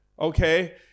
Okay